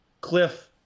Cliff